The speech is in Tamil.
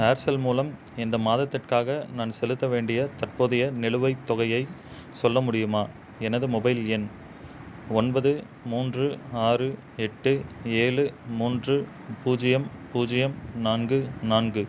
ஏர்செல் மூலம் இந்த மாதத்திற்காக நான் செலுத்த வேண்டிய தற்போதைய நிலுவைத் தொகையை சொல்ல முடியுமா எனது மொபைல் எண் ஒன்பது மூன்று ஆறு எட்டு ஏழு மூன்று பூஜ்ஜியம் பூஜ்ஜியம் நான்கு நான்கு